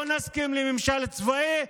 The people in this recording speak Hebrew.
לא נסכים לממשל צבאי,